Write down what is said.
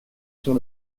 sur